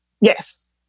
Yes